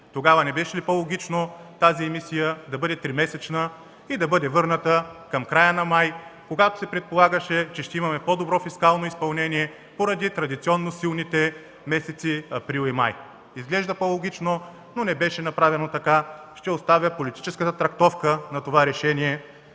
Тогава не беше ли по-логично емисията да бъде тримесечна и да бъде върната към края на май, когато се предполагаше, че ще имаме по-добро фискално изпълнение поради традиционно силните месеци април и май? Изглежда по-логично, но не беше направено така. Ще оставя политическата трактовка на това решение